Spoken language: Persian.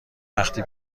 وقتی